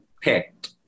picked